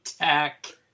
Attack